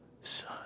son